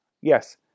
Yes